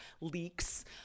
leaks